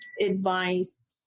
advice